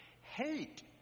Hate